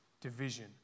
Division